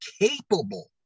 capable